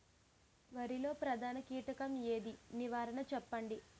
వరిలో ప్రధాన కీటకం ఏది? నివారణ చెప్పండి?